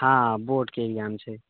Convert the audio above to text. हाँ बोर्डके एक्जाम छै